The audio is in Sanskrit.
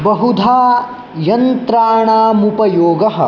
बहुधा यन्त्राणामुपयोगः